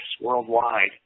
worldwide